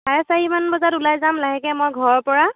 চাৰে চাৰিমান বজাত ওলাই যাম লাহেকৈ মই ঘৰৰ পৰা